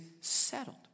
settled